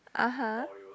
(uh huh)